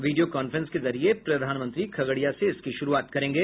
video conference के जरिये प्रधानमंत्री खगड़िया से इसकी शुरूआत करेंगे